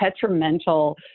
detrimental